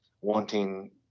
wanting